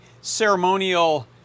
ceremonial